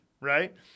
right